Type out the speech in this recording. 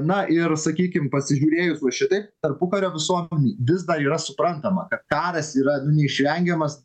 na ir sakykim pasižiūrėjus va šitaip tarpukario visuomenėj vis dar yra suprantama kad karas yra nu neišvengiamas